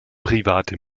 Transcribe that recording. private